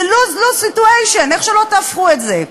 זה lose-lose situation, איך שלא תהפכו את זה.